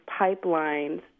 pipelines